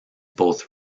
both